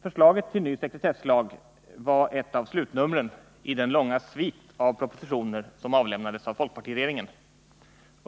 Förslaget till ny sekretesslag var ett av slutnumren i den långa svit av propositioner som avlämnades av folkpartiregeringen.